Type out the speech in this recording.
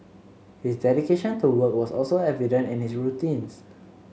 his dedication to work was also evident in his routines